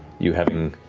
you having